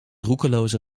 roekeloze